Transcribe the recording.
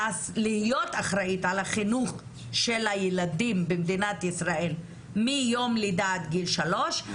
להיות אחראית על החינוך של הילדים במדינת ישראל מיום לידה עד גיל שלוש,